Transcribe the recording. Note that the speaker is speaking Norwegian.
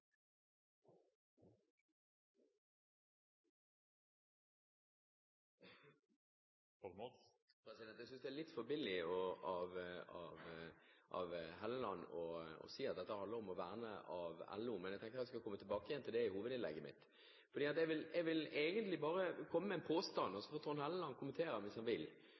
Jeg synes det er litt for billig av Helleland å si at dette handler om å verne LO. Men jeg skal komme tilbake til det i hovedinnlegget mitt. Jeg vil egentlig bare komme med en påstand, og så får Trond Helleland kommentere den hvis han vil.